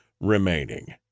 remaining